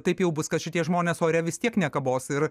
taip jau bus kad šitie žmonės ore vis tiek nekabos ir